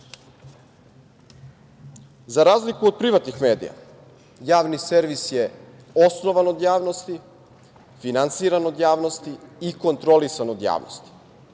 razliku od privatnih medija, javni servis je osnovan od javnosti, finansiran od javnosti i kontrolisan od javnosti.